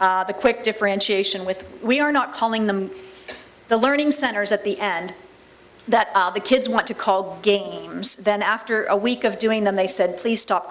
a quick differentiation with we are not calling them the learning centers at the end that the kids want to call games then after a week of doing them they said please stop